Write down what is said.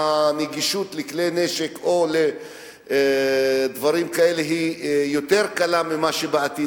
הנגישות של כלי נשק או דברים כאלה היא יותר קלה מבעבר.